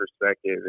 perspective